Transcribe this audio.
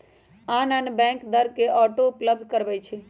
आन आन बैंक दर पर को को ऑटो उपलब्ध करबबै छईं